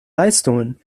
leistungen